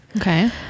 Okay